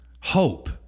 hope